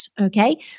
okay